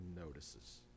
notices